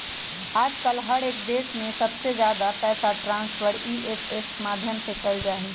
आजकल हर एक देश में सबसे ज्यादा पैसा ट्रान्स्फर ई.सी.एस के माध्यम से कइल जाहई